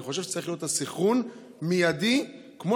אני חושב שצריך להיות סנכרון מיידי כשהוא יוצא מבידוד,